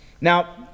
Now